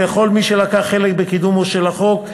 לכל מי שלקח חלק בקידומו של החוק,